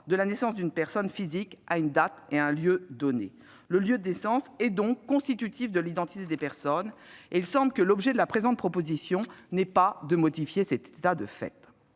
de la naissance d'une personne physique à une date et en un lieu donnés. Le lieu de naissance est donc constitutif de l'identité des personnes, et il me semble que l'objet de la présente proposition de loi n'est pas de modifier cet état de fait.